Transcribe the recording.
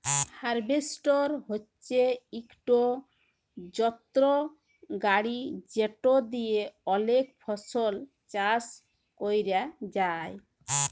harvester হছে ইকট যলত্র গাড়ি যেট দিঁয়ে অলেক ফসল চাষ ক্যরা যায়